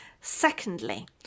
Secondly